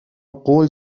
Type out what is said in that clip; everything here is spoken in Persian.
قول